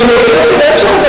יצא לו משהו טוב,